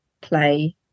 play